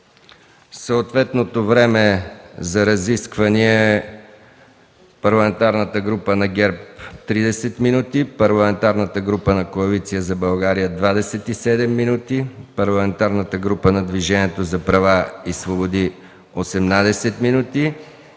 съответното време за разисквания е: Парламентарната група на ГЕРБ – 30 минути, Парламентарната група на Коалиция за България – 27 минути, Парламентарната група на Движението за права и свободи – 18 минути,